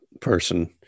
person